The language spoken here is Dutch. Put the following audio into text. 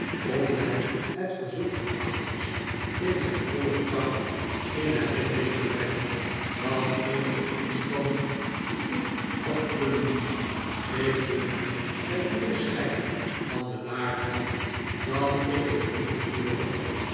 om mij het verzoek van agnes in zijn voile kracht in de herinnering te brengen dan eenige inspanning die ik had kunnen doen ik vroeg hem met meer schijn van bedaardheid dan ik een minuut tevoren